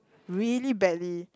really badly